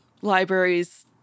libraries